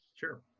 Sure